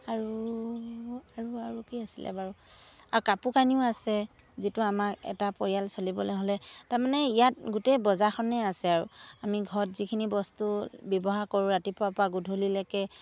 আৰু আৰু আৰু কি আছিলে বাৰু আৰু কাপোৰ কানিও আছে যিটো আমাক এটা পৰিয়াল চলিবলৈ হ'লে তাৰমানে ইয়াত গোটেই বজাৰখনেই আছে আৰু আমি ঘৰত যিখিনি বস্তু ব্যৱহাৰ কৰোঁ ৰাতিপুৱাৰপৰা গধূলিলৈকে